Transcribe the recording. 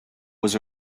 was